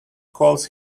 calls